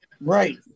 Right